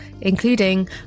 including